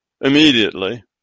immediately